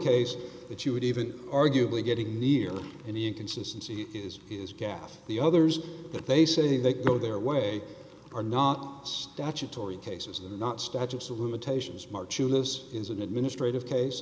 case that you would even arguably getting nearly any inconsistency is is gaffe the others that they say they go their way are not statutory cases and not statutes of limitations march of this is an administrative case